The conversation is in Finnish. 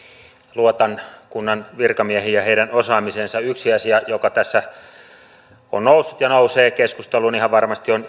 luotan kunnan virkamiehiin ja heidän osaamiseensa yksi asia joka tässä on noussut ja nousee keskusteluun ihan varmasti on